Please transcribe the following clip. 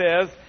says